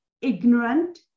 ignorant